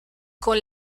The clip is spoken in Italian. con